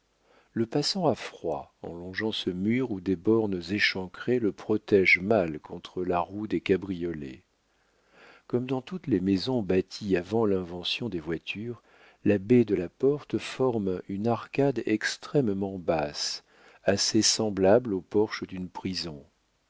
le passant a froid en longeant ce mur où des bornes échancrées le protégent mal contre la roue des cabriolets comme dans toutes les maisons bâties avant l'invention des voitures la baie de la porte forme une arcade extrêmement basse assez semblable au porche d'une prison